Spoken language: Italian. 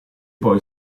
poi